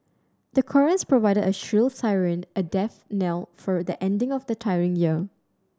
the chorus provided a shrill siren a death knell for the ending of the tiring year